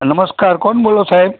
નમસ્કાર કોન બોલો સાહેબ